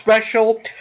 special